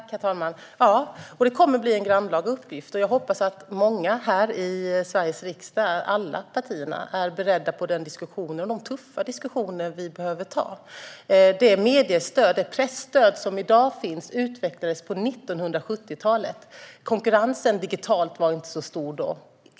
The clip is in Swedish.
Herr talman! Ja, och det kommer att bli en grannlaga uppgift. Jag hoppas att många här i Sveriges riksdag, alla partier, är beredda på de tuffa diskussioner vi behöver ta. Det presstöd som i dag finns utvecklades på 1970-talet. Den digitala konkurrensen var inte så stor då.